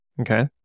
Okay